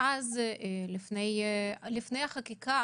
לפני החקיקה